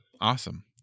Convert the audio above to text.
Awesome